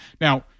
Now